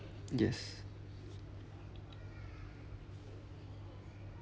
yes